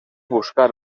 buscar